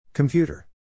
Computer